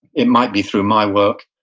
it might be through my work,